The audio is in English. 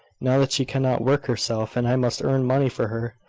now that she cannot work herself and i must earn money for her.